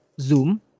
Zoom